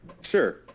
Sure